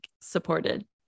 supported